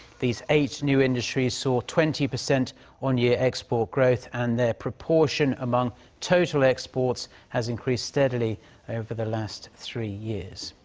these eight new industries saw twenty percent on-year export growth, and their proportion among total exports has increased steadily over the last three years.